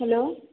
hello